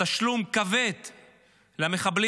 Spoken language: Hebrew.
תשלום כבד למחבלים,